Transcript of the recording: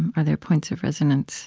and are there points of resonance